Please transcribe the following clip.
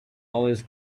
always